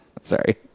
Sorry